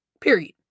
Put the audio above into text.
Period